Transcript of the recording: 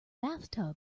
bathtub